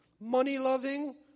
money-loving